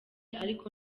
ariko